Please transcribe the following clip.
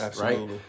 right